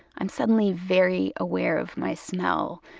i'm suddenly very aware of my smell.